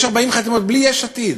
יש 40 חתימות בלי יש עתיד,